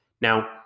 Now